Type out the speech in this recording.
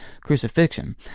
crucifixion